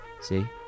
See